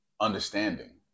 understanding